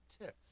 tips